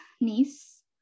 niece